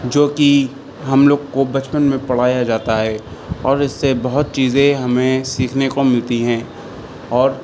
جوکہ ہم لوگ کو بچپن میں پڑھایا جاتا ہے اور اس سے بہت چیزیں ہمیں سیکھنے کو ملتی ہیں اور